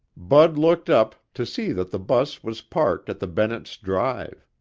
bud looked up to see that the bus was parked at the bennett's drive.